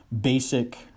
basic